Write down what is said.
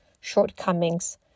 shortcomings